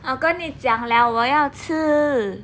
我跟你讲 liao 我要吃